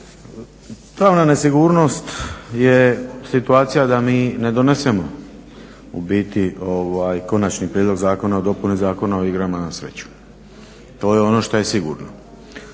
Pravna nesigurnost je situacija da mi ne donesemo u biti Konačni prijedlog zakona o dopuni Zakona o igrama na sreću. To je ono što je sigurno.